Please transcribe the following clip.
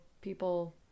people